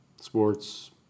Sports